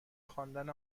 خواندن